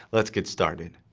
let's get started.